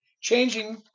changing